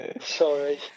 Sorry